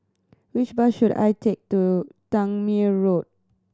which bus should I take to Tangmere Road